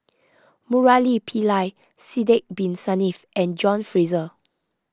Murali Pillai Sidek Bin Saniff and John Fraser